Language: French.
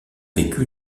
vécu